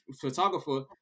Photographer